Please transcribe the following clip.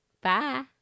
Bye